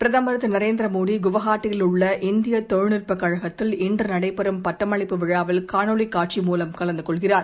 பிரதமர் திரு நரேந்திர மோடி குவாஹட்டியில் உள்ள இந்திய தொழில்நுட்ப கழகத்தில் நாளை நடைபெறும் பட்டமளிப்பு விழாவில் காணொளி காட்சி மூலம் கலந்து கொள்கிறார்